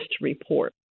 report